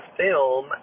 film